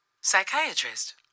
psychiatrist